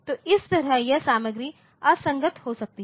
तो इस तरह यह सामग्री असंगत हो सकती है